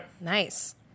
Nice